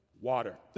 water